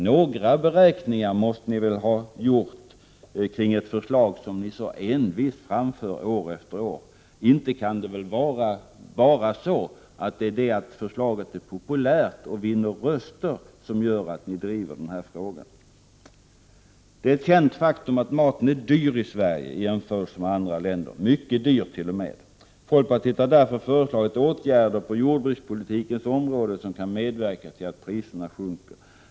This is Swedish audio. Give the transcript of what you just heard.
Några beräkningar måste ni väl ha gjort kring ett förslag som ni så envist framför år efter år. Inte kan det väl bara vara det att förslaget är populärt och vinner röster som gör att ni driver frågan? Det är ett känt faktum att maten är mycket dyr i Sverige i jämförelse med andra länder. Folkpartiet har därför föreslagit åtgärder på jordbrukspolitikens område som kan medverka till att priserna sjunker.